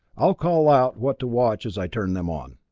i'll call out what to watch as i turn them on.